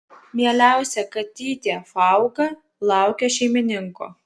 mieliausia katytė fauga laukia šeimininko